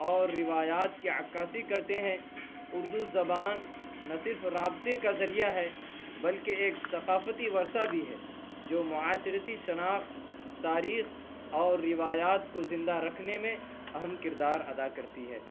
اور روایات کے عکاسی کرتے ہیں اردو زبان نہ صرف رابطے کا ذریعہ ہے بلکہ ایک ثقافتی ورثہ بھی ہے جو معاشرتی شناخت تاریخ اور روایات کو زندہ رکھنے میں اہم کردار ادا کرتی ہے